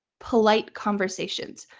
polite conversations.